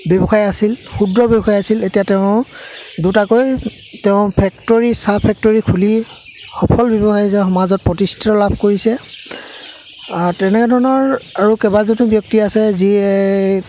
ব্যৱসায় আছিল শুদ্ৰ ব্যৱসায় আছিল এতিয়া তেওঁ দুটাকৈ তেওঁ ফেক্টৰী চাহ ফেক্টৰী খুলি সফল ব্যৱসায় যে সমাজত প্ৰতিষ্ঠিত লাভ কৰিছে তেনেধৰণৰ আৰু কেইবাজনো ব্যক্তি আছে যি